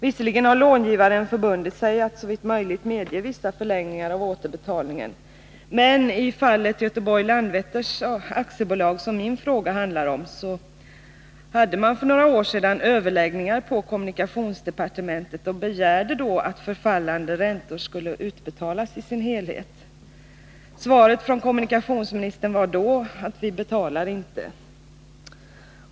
Visserligen har långivaren förbundit sig att såvitt möjligt medge vissa förlängningar av återbetalningstiden, men i fallet AB Göteborg-Landvetter Flygplats, som min fråga handlar om, hade man för några år sedan överläggningar på kommunikationsdepartementet och bolaget begärde då att förfallande räntor skulle utbetalas i sin helhet. Svaret från kommunikationsministern var då att ”vi betalar inte”.